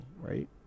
right